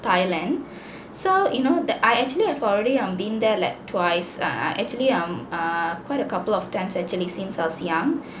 thailand so you know that I actually have already um been there like twice err err actually um err quite a couple of times actually since I was young